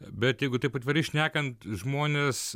bet jeigu taip atvirai šnekant žmonės